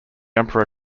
emperor